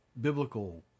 biblical